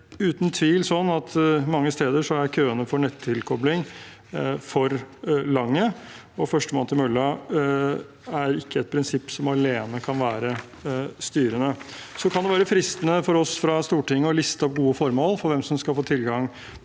mange steder er køene for nettilkobling for lange, og førstemann til mølla er ikke et prinsipp som alene kan være styrende. Det kan være fristende for oss i Stortinget å liste opp gode formål for hvem som skal få tilgang